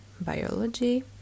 biology